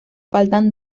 faltan